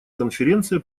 конференция